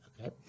Okay